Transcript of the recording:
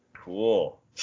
Cool